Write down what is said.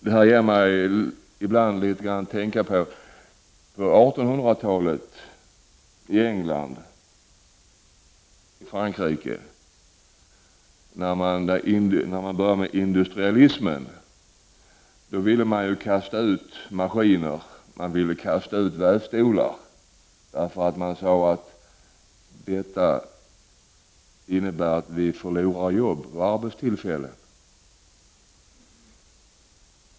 Detta får mig att tänka på 1800-talets England och Frankrike. Då började industrialismen. Då ville människor kasta ut maskiner och vävstolar. Man sade att människor skulle förlora jobben.